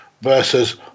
versus